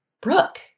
Brooke